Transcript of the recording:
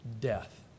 death